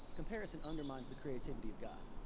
comparison undermines the creativity of god.